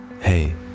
Hey